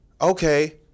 okay